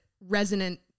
resonant